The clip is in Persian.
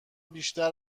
بیشتر